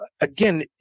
again